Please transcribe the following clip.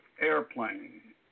Airplane